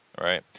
Right